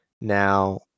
Now